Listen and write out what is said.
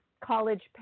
college